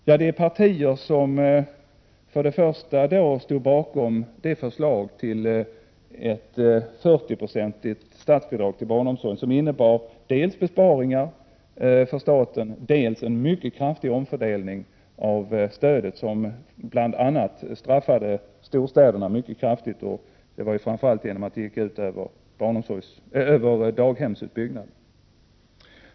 Ja, det är partier som för det första stod bakom förslaget till ett 40-procentigt statsbidrag till barnomsorgen, vilket innebar dels besparingar för staten, dels en mycket kraftig omfördelning av stödet, något som bl.a. straffade storstäderna mycket hårt framför allt genom att det gick ut över daghemsutbyggnaden.